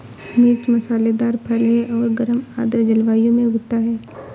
मिर्च मसालेदार फल है और गर्म आर्द्र जलवायु में उगता है